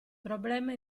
problema